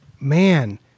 man